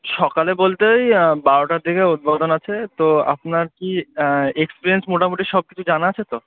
সকালে বলতে ওই বারোটার দিকে উদ্বোধন আছে তো আপনার কি এক্সপিরিয়েন্স মোটামুটি সব কিছু জানা আছে তো